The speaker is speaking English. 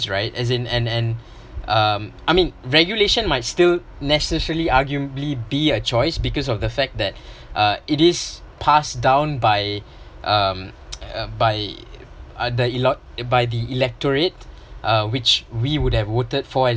right as in and and um I mean regulation might still necessary arguably be a choice because of the fact that uh it is passed down by um by the elot~ by the electorate uh which we would have voted for